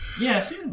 Yes